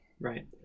Right